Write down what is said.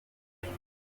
ijuru